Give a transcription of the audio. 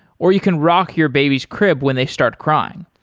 or you can rock your baby's crib when they start crying.